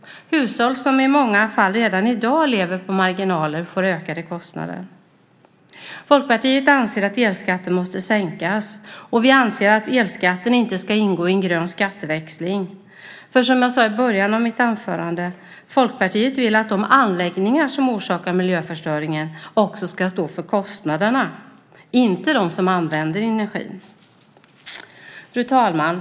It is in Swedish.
Hushåll som i många fall redan i dag lever på marginalen får ökade kostnader. Folkpartiet anser att elskatten måste sänkas. Vi anser också att den inte ska ingå i en grön skatteväxling. Som jag sade i början av mitt anförande vill Folkpartiet att de anläggningar som orsakar miljöförstöringen också ska stå för kostnaderna - inte de som använder energin. Fru talman!